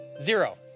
zero